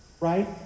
right